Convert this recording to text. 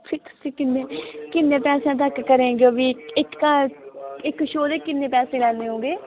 ਤੁਸੀਂ ਕਿੰਨੇ ਕਿੰਨੇ ਪੈਸੇ ਤੱਕ ਕਰੋਗੇ ਵੀ ਇੱਕ ਤਾਂ ਇੱਕ ਸ਼ੋ ਦੇ ਕਿੰਨੇ ਪੈਸੇ ਲੈਂਦੇ ਹੋਗੇ